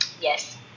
yes